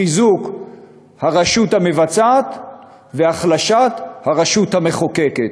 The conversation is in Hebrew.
חיזוק הרשות המבצעת והחלשת הרשות המחוקקת.